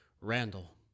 Randall